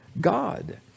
God